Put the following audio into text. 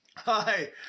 Hi